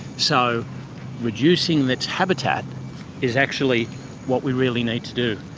so reducing its habitat is actually what we really need to do.